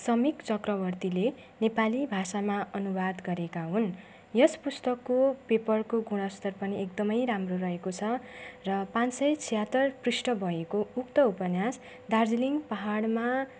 समीक चक्रवर्तीले नेपाली भाषामा अनुवाद गरेका हुन् यस पुस्तकको पेपरको गुणस्तर पनि एकदमै राम्रो रहेको छ र पाँच सय छयहत्तर तर पृष्ठ भएको उक्त उपन्यास दार्जिलिङ पहाडमा